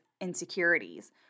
insecurities